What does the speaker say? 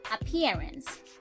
appearance